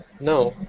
No